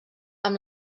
amb